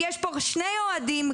יש פה שני אוהדים,